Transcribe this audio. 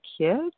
kids